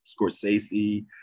Scorsese